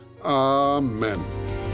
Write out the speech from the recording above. amen